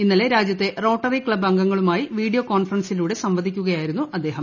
ഇന്നലെ രാജ്യത്തെ rotary club അംഗങ്ങളുമായി വീഡിയോ കോൺഫറൻസിലൂടെ സംവദിക്കുകയായിരുന്നു അദ്ദേഹം